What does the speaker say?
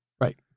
Right